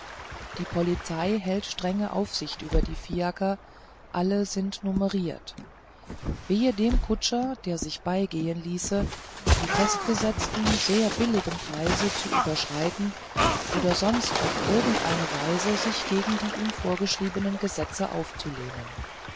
die polizei hält strenge aufsicht über die fiaker alle sind numeriert wehe dem kutscher der sich beigehen ließe die festgesetzten sehr billigen preise zu überschreiten oder sonst auf irgend eine weise sich gegen die ihm vorgeschriebenen gesetze aufzulehnen